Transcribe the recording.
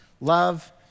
love